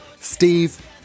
Steve